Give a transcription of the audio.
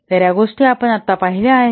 तर या गोष्टी आपण आत्ता पाहिल्या आहेत